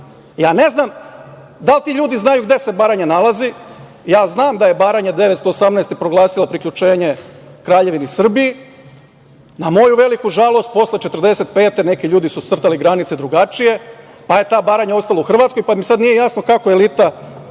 Ne znam da li ti ljudi znaju gde se Baranja nalazi, znam da je Baranja 1918. godine proglasila priključenje Kraljevini Srbiji. Na moju veliku žalost, posle 1945. godine neki ljudi su crtali granice drugačije, pa je ta Baranja ostala u Hrvatskoj i sad mi nije jasno kako elita